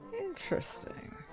Interesting